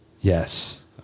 Yes